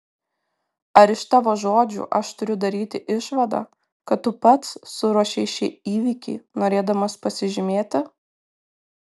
ar iš tavo žodžių aš turiu daryti išvadą kad tu pats suruošei šį įvykį norėdamas pasižymėti